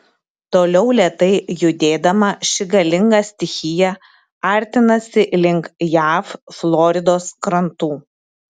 toliau lėtai judėdama ši galinga stichija artinasi link jav floridos krantų